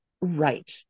Right